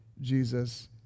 Jesus